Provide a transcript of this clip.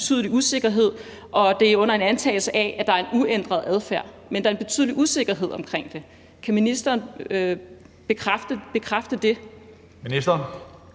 betydelig usikkerhed, og det er jo under en antagelse af, at der er en uændret adfærd, men der er en betydelig usikkerhed omkring det. Kan ministeren bekræfte det? Kl.